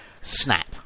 snap